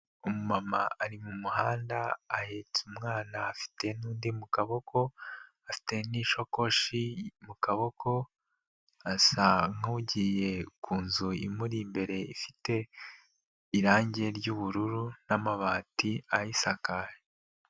Umumama ari mu muhanda ahetse umwana afite n'undi mu kaboko, afite n'isakoshi mu kaboko asa nk'ugiye ku nzu imuri imbere ifite irangi ry'ubururu n'amabati ayisakaye.